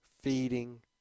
feeding